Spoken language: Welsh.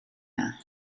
dda